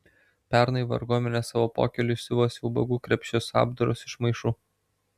pernai varguomenė savo pokyliui siuvosi ubagų krepšius apdarus iš maišų